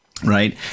Right